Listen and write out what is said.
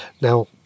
Now